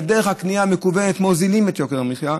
ודרך הקנייה המקוונת מוזילים את יוקר המחיה.